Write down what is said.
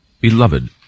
beloved